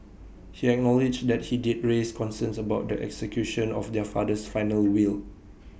he acknowledged that he did raise concerns about the execution of their father's final will